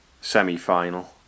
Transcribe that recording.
semi-final